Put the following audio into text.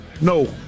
No